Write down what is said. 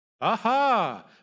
Aha